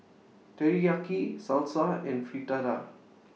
Teriyaki Salsa and Fritada